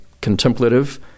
contemplative